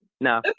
no